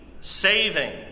saving